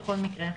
בכל מקרה אחר.